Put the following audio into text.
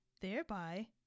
thereby